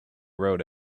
road